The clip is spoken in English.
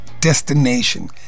destination